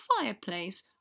fireplace